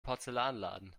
porzellanladen